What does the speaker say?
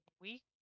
week